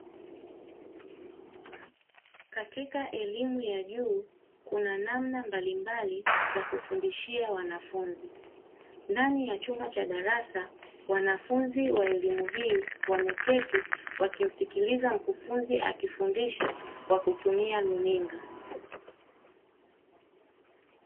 Katika elimu ya juu kuna namna mbalimbali za kufundishia wanafunzi. Ndani ya chumba cha darasa wanafunzi wa elimu hii wameketi wakimsikiliza mkufunzi akifundisha kwa kutumia luninga.